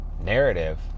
narrative